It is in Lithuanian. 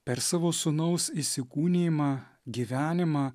per savo sūnaus įsikūnijimą gyvenimą